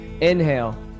Inhale